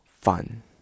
fun